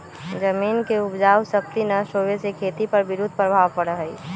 जमीन के उपजाऊ शक्ति नष्ट होवे से खेती पर विरुद्ध प्रभाव पड़ा हई